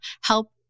help